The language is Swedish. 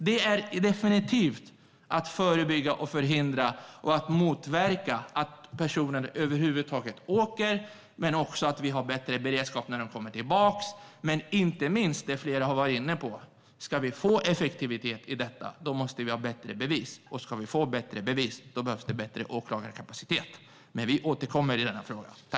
Det är definitivt att förebygga, förhindra och motverka att personer över huvud taget åker, men det handlar också om att ha bättre beredskap när de kommer tillbaka. Som flera har varit inne på: Ska vi få effektivitet i detta måste vi ha bättre bevis, och ska vi få bättre bevis behövs det bättre åklagarkapacitet. Vi återkommer i denna fråga.